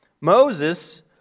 Moses